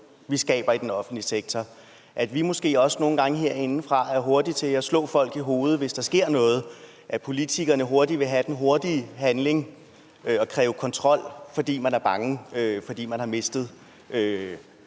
vi skaber i den offentlige sektor, altså at vi måske også nogle gange herindefra er hurtige til at slå folk i hovedet, hvis der sker noget, og at politikerne vil have den hurtige handling og kræve kontrol, fordi man er bange, fordi man har mistet